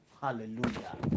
Hallelujah